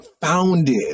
founded